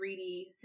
3D